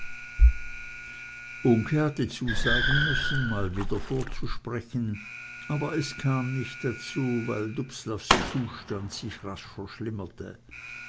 uncke hatte zusagen müssen mal wieder vorzusprechen aber es kam nicht dazu weil dubslavs zustand sich rasch verschlimmerte